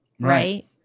right